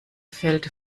fällt